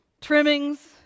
trimmings